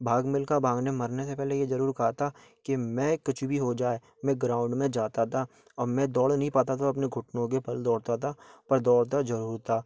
भाग मिलखा भाग ने मरने से पहले यह ज़रूर कहा था कि मैं कुछ भी हो जाए मैं ग्राउंड में जाता था और मैं दौड़ नहीं पाता था तो अपने घुटनों के बल दौड़ता था पर दौड़ता ज़रूर था